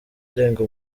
irenga